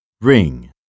Ring